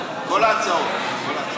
כל ההצעות.